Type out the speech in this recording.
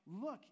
look